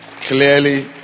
Clearly